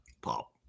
Pop